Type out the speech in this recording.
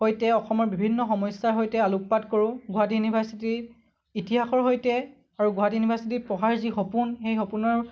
সৈতে অসমৰ বিভিন্ন সমস্যাৰ সৈতে আলোকপাত কৰোঁ গুৱাহাটী ইউনিভাৰ্ছিটিৰ ইতিহাসৰ সৈতে আৰু গুৱাহাটী ইউনিভাৰ্ছিটি পঢ়াৰ যি সপোন সেই সপোনৰ